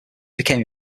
became